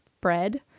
bread